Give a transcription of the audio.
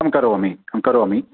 अहं करोमि अहं करोमि